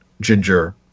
Ginger